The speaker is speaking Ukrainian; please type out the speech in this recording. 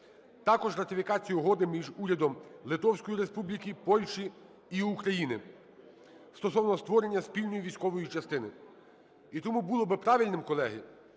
також ратифікація Угоди між Урядом Литовської Республіки, Польщі і України стосовно створення спільної військової частини. І тому було би правильним, колеги,